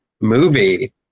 movie